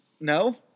No